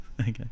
okay